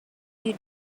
you